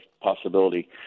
possibility